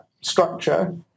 structure